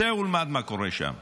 צא ולמד מה קורה שם.